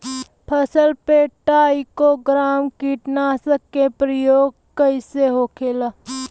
फसल पे trichogram कीटनाशक के प्रयोग कइसे होखेला?